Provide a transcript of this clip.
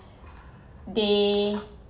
they